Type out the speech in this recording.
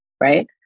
right